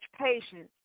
patience